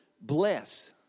bless